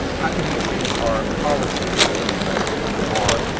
how can we change our policies to be more inclusive? or,